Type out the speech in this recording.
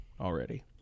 already